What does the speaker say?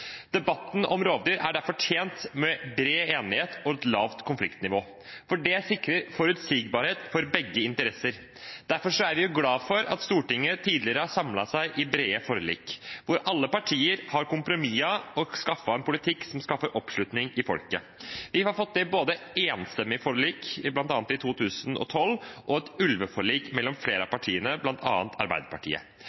Debatten om rovdyr er derfor tjent med bred enighet og et lavt konfliktnivå. Det sikrer forutsigbarhet for begge interesser. Derfor er vi glad for at Stortinget tidligere har samlet seg i brede forlik hvor alle partier har kompromisset og skaffet en politikk som skaper oppslutning i folket. Vi har fått til både enstemmige forlik, bl.a. i 2012, og et ulveforlik mellom flere av